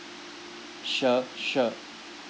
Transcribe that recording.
sure sure